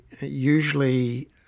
usually